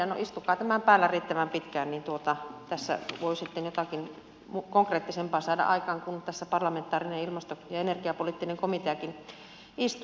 no istukaa tämän päällä riittävän pitkään niin tässä voi sitten jotakin konkreettisempaa saada aikaan kun tässä parlamentaarinen ilmasto ja energiapoliittinen komiteakin istuu